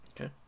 Okay